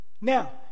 Now